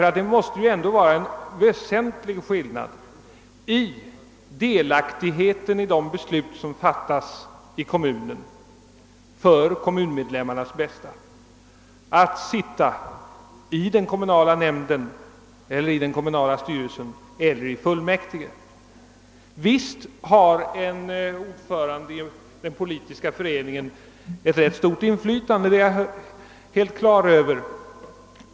Och det måste ju ändå vara en väsentlig skillnad vad beträffar delaktigheten i de beslut som fattas i kommunen för kommunmedlemmarnas bästa, om man sitter i den kommunala nämnden, i den kommunala styrelsen eller i fullmäktige. Visst har ordföranden i en politisk förening ett rätt stort inflytande — det är jag helt klar över.